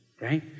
right